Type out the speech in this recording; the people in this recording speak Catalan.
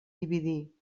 dividir